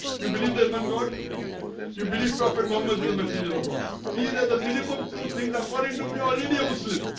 you? believe this one god you believe prophet mohammed is a messenger of god. these are the minimum two things according to me or linea muslim